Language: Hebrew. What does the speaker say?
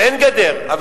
ואין גדר,